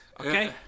Okay